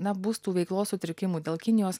na bus tų veiklos sutrikimų dėl kinijos